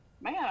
man